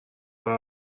داره